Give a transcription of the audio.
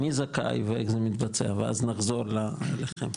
מי זכאי ואיך זה מתבצע ואז נחזור אליכם.